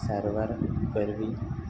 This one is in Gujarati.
સારવાર કરવી